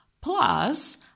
Plus